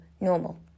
normal